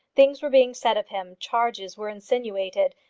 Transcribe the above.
things were being said of him, charges were insinuated,